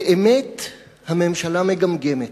באמת הממשלה מגמגמת.